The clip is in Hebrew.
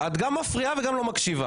את גם מפריעה וגם לא מקשיבה.